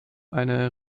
eine